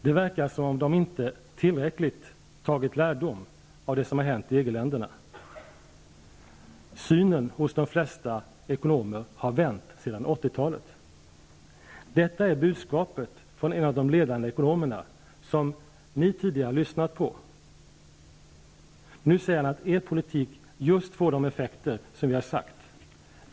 Det verkar som om de inte tar tillräckligt mycket lärdom av det som hänt i EG-länderna.Synen hos de flesta ekonomer har vänt sedan 80-talet.'' Detta är budskapet från en av de ledande ekonomerna, som ni tidigare har lyssnat på. Nu säger han att er politik får de effekter som vi har sagt.